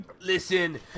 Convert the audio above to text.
Listen